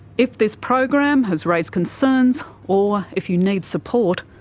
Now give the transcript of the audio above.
if this program has raised concerns or if you need support,